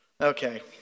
Okay